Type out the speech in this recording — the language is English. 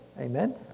amen